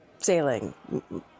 Sailing